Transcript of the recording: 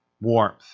warmth